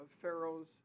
Pharaoh's